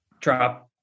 drop